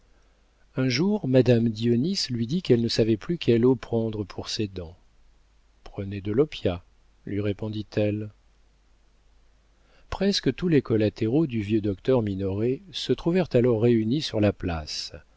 un jour madame dionis lui dit qu'elle ne savait plus quelle eau prendre pour ses dents prenez de l'opiat lui répondit-elle presque tous les collatéraux du vieux docteur minoret se trouvèrent alors réunis sur la place